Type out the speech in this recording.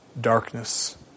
darkness